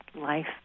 life